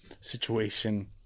situation